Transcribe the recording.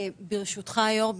ברשותך היו"ר,